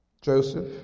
Joseph